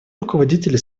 руководители